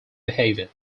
behaviour